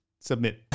submit